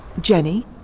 Jenny